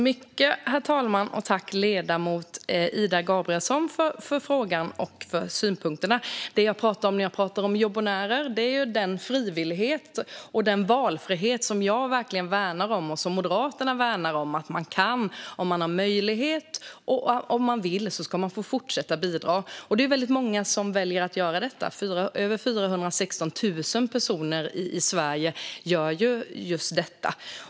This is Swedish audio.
Herr talman! Tack, Ida Gabrielsson, för frågan och synpunkterna! När jag talar om jobbonärer talar jag om den frihet och valfrihet som jag och Moderaterna värnar om. Om man kan, vill och har möjlighet ska man få fortsätta att bidra. Det är väldigt många som väljer att göra detta. Över 416 000 i Sverige gör just detta.